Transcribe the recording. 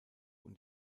und